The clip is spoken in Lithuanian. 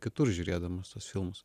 kitur žiūrėdamas tuos filmus